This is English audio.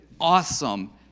awesome